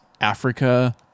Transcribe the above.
africa